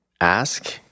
ask